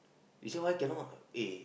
he say why cannot eh